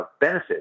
benefit